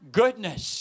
goodness